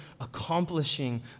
accomplishing